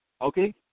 Okay